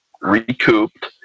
recouped